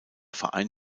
verein